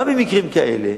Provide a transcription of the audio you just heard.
גם במקרים כאלה,